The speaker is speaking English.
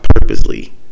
purposely